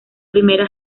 primera